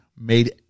made